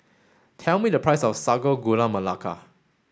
tell me the price of Sago Gula Melaka